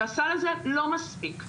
והסל הזה לא מספיק.